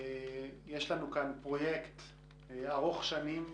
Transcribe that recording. יש לנו פה פרויקט ארוך שנים,